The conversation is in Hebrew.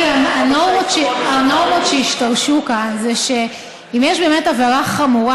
הנורמות שהשתרשו כאן זה שאם יש באמת עבירה חמורה,